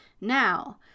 Now